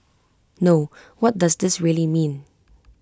no what does this really mean